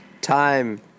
time